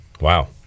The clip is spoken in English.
wow